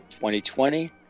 2020